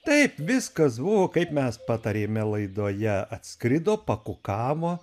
taip viskas buvo kaip mes patarėme laidoje atskrido pakukavo